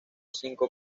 cinco